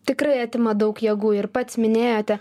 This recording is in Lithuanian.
tikrai atima daug jėgų ir pats minėjote